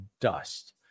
dust